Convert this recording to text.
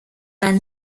ban